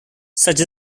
such